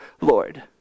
Lord